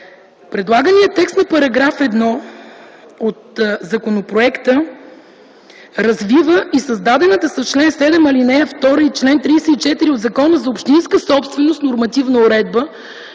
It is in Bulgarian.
Предлаганият текст на § 1 от законопроекта развива и създадената с чл. 7, ал. 2 и чл. 34 от Закона за общинската собственост нормативна уредба